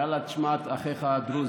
יאללה, תשמע את אחיך הדרוזי.